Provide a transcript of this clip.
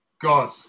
God